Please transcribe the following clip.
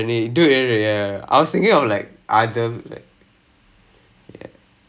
oh okay K K K